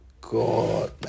god